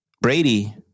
Brady